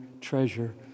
treasure